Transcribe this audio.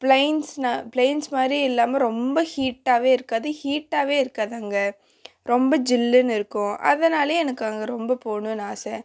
plains நான் plains மாதிரி இல்லாமல் ரொம்ப ஹீட்டாகவே இருக்காது ஹீட்டாகவே இருக்காது அங்கே ரொம்ப ஜில்லுன்னு இருக்கும் அதனால் எனக்கு அங்கே ரொம்ப போகணும்னு ஆசை